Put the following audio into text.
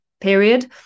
period